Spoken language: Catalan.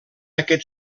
aquest